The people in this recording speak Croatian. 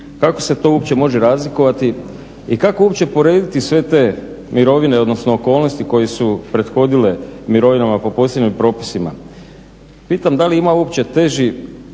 Kako se to uopće može razlikovati i kako uopće usporediti sve te mirovine, odnosno okolnosti koje su prethodile mirovinama po posebnim propisima. Pitam, da li ima uopće teži